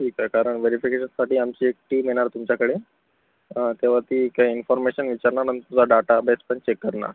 ठीक आहे कारण वेरीफिकेशनसाठी आमची एक टीम येणार तुमच्याकडे तेव्हा ती काय इन्फोर्मेशन विचारणार नंतर तुमचा डाटा बेस पण चेक करणार